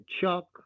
Chuck